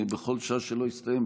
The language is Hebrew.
בכל שעה שלא יסתיים,